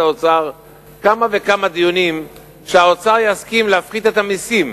האוצר כמה וכמה דיונים שיסכים להפחית את המסים.